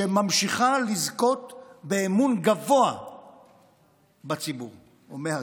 שממשיכה לזכות באמון גבוה בציבור או מהציבור.